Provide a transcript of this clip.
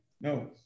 No